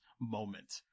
moment